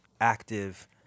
active